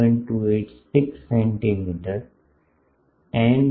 286 centimetre 10